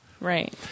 Right